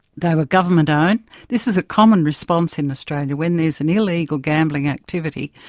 they were government-owned. this is a common response in australia when there's an illegal gambling activity,